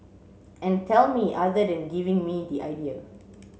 and tell me other than giving me the idea